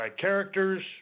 characters